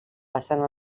passant